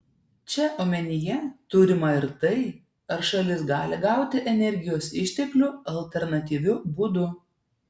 čia omenyje turima ir tai ar šalis gali gauti energijos išteklių alternatyviu būdu